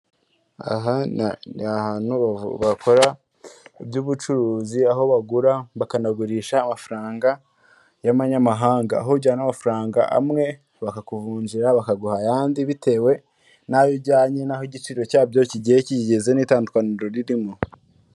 Aha n'ahantu bakora iby'ubucuruzi aho bagura bakanagurisha amafaranga y'amanyamahanga, aho ujyana amafaranga amwe bakakuvunjira bakaguha ayandi bitewe n'ayujyanye naho igiciro cyabyo kigiye kigeze n'itandukaniro ririmo.